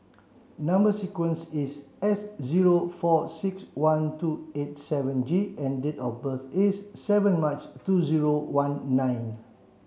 number sequence is S zero four six one two eight seven G and date of birth is seven March two zero one nine